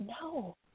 no